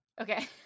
Okay